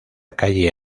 calle